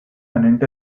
and